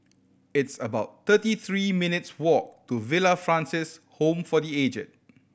it's about thirty three minutes' walk to Villa Francis Home for The Aged